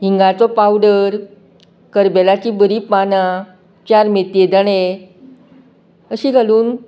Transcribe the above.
हिंगाचो powder करबेलाची बरी पानां चार मेथये दाणे अशें घालून